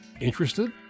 Interested